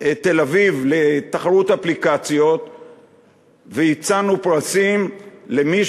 תל-אביב לתחרות אפליקציות והצענו פרסים למי